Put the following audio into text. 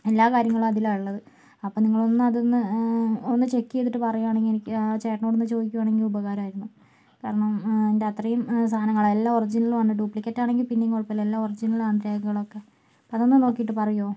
എല്ലാ കാര്യങ്ങളും അതിലാണ് ഉള്ളത് അപ്പം നിങ്ങൾ അതൊന്ന് ഒന്ന് ചെക്ക് ചെയ്തിട്ട് പറയുകയാണെങ്കിൽ എനിക്ക് ചേട്ടനോടൊന്ന് ചോദിക്കുകയാണെങ്കിൽ ഉപകാരമായിരുന്നു കാരണം എൻ്റെ അത്രയും സാധനങ്ങൾ എല്ലാം ഒറിജിനലാണ് ഡ്യൂപ്ലിക്കേറ്റാണെങ്കിൽ പിന്നെയും കുഴപ്പമില്ല എല്ലാം ഒറിജിനലാണ് രേഖകളൊക്കെ അതൊന്നു നോക്കിയിട്ട് പറയുമോ